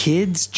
Kids